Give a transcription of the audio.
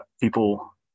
people